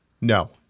No